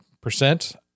percent